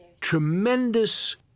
tremendous